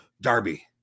Darby